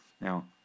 now